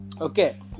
Okay